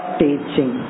teaching